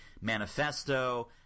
Manifesto